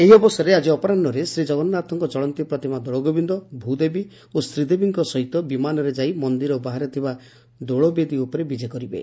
ଏହି ଅବସରରେ ଆକି ଅପରାହ୍ବରେ ଶ୍ରୀଜଗନ୍ୱାଥଙ୍କ ଚଳନ୍ତୀ ପ୍ରତିମା ଦୋଳଗୋବିନ୍ଦ ଭ୍ରଦେବୀ ଓ ଶ୍ରୀଦେବୀଙ୍କ ସହିତ ବିମାନରେ ଯାଇ ମନ୍ଦିର ବାହାରେ ଥିବା ଦୋଳବେଦୀ ଉପରେ ବିଜେ କରିବେ